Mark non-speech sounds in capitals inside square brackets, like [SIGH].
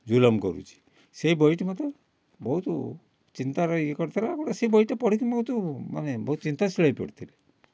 ଜୁଲମ କରୁଛି ସେଇ ବହିଟି ମୋତେ ବହୁତ ଚିନ୍ତାରେ ଇଏ କରିଥିଲା [UNINTELLIGIBLE] ସେଇ ବହିଟା ପଢ଼ିକି ମୁଁ କିନ୍ତୁ ମାନେ ଚିନ୍ତାଶୀଳ ହେଇ ପଡ଼ିଥିଲି